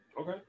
Okay